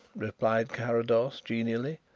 replied carrados genially.